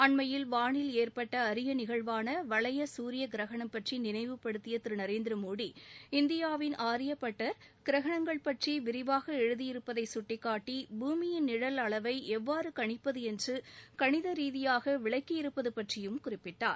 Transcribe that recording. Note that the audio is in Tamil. அண்மையில் வாளில் ஏற்பட்ட அரிய நிகழ்வான வளைய சூரிய கிரகணம் பற்றி நினைவுப்படுத்திய திரு நரேந்திரமோடி இந்தியாவின் ஆரியபட்டர் கிரகணங்கள் பற்றி விரிவாக எழுதியிருப்பதை கட்டிக்காட்டி பூமியின் நிழல் அளவை எவ்வாறு கணிப்பது என்று கணிதரீதியாக விளக்கியிருப்பது பற்றியும் குறிப்பிட்டார்